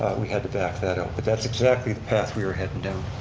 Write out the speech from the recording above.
we had to back that out but that's exactly the path we were heading down.